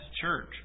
church